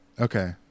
Okay